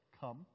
Come